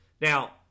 Now